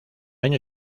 año